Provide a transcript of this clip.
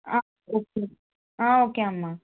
ఆ ఓకే ఆ ఓకే అమ్మ